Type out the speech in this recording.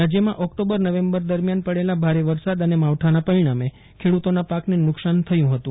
રાજ્યમાં ઓકટોબરનવેમ્બર દરમિયાન પડેલા ભારે વરસાદ અને માવઠાના પરિણામે ખેડૂતોના પાકને નુકશાન થયું હતું